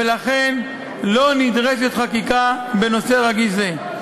ולכן לא נדרשת חקיקה בנושא רגיש זה.